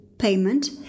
Payment